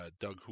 Doug